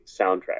soundtrack